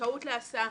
זכאות להסעה